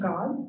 God